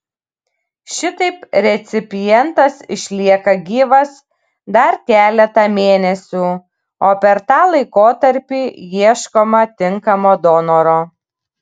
šitaip recipientas išlieka gyvas dar keletą mėnesių o per tą laikotarpį ieškoma tinkamo donoro